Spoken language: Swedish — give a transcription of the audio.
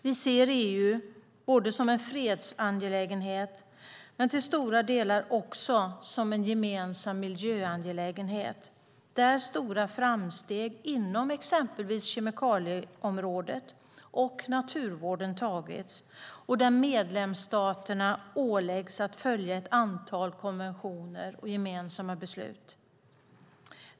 Vi ser EU som en fredsangelägenhet och till stora delar också som en gemensam miljöangelägenhet. Stora framsteg inom exempelvis kemikalieområdet och naturvården har skett. Medlemsstaterna åläggs att följa ett antal konventioner och gemensamma beslut.